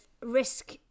risk